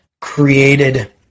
created